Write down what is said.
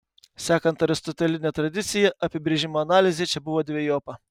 sekant aristoteline tradicija apibrėžimo analizė čia buvo dvejopa